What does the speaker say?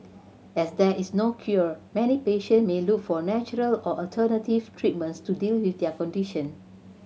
as there is no cure many patient may look for natural or alternative treatments to deal with their condition